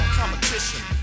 competition